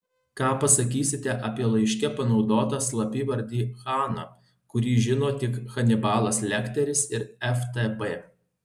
ką pasakysite apie laiške panaudotą slapyvardį hana kurį žino tik hanibalas lekteris ir ftb